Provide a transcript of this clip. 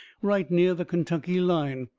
right near the kentuckey line.